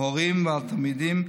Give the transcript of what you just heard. ההורים והתלמידים.